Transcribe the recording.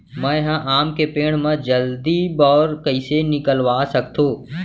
मैं ह आम के पेड़ मा जलदी बौर कइसे निकलवा सकथो?